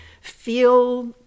feel